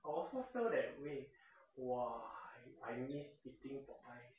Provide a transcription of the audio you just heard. I also feel that way !wah! I miss eating Popeyes